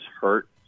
hurt